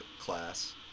class